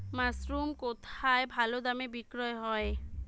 Mushroom কেথায় ভালোদামে বিক্রয় হয়?